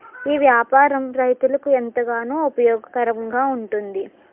ఈ వ్యాపారం రైతులకు ఎంతగానో ఉపయోగకరంగా ఉంటుంది